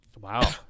Wow